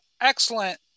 excellent